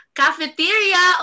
cafeteria